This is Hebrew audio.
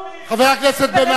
חבר הכנסת בן-ארי,